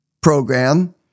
program